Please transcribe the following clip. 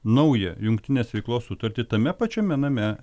naują jungtinės veiklos sutartį tame pačiame name